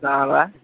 গাঁৱৰ ল'ৰা